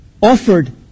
offered